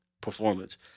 performance